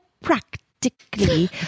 practically